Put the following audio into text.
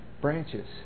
branches